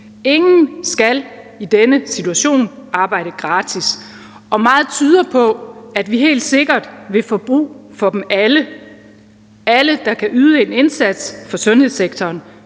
Ingen skal i denne situation arbejde gratis. Og meget tyder på, at vi helt sikkert vil få brug for dem alle; alle, der kan yde en indsats for sundhedssektoren,